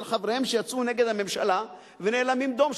חבריהם שיצאו נגד הממשלה ונאלמים דום.